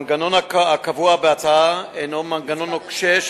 המנגנון הקבוע בהצעה הינו מנגנון נוקשה,